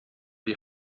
die